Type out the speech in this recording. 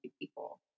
people